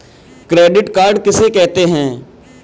Credit card किसे कहते हैं?